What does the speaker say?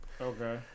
Okay